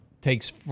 takes